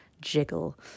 jiggle